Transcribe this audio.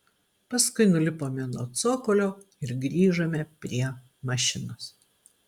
paskui nulipome nuo cokolio ir grįžome prie mašinos